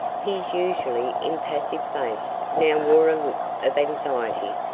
his usually impassive face now wore a look of anxiety,